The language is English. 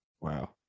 Wow